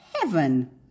heaven